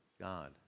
God